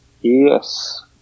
Yes